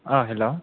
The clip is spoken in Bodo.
अ हेलौ